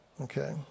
Okay